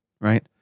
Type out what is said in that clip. right